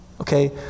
okay